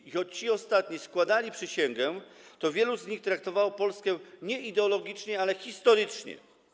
I choć ci ostatni składali przysięgę, to wielu z nich traktowało Polskę nie ideologicznie, ale historycznie.